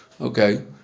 okay